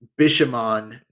Bishamon